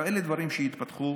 אלה דברים שהתפתחו